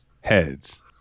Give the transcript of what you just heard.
Heads